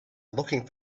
looking